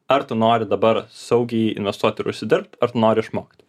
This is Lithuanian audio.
ar tu nori dabar saugiai investuot ir užsidirbt ar tu nori išmokt